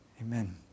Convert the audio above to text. Amen